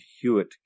Hewitt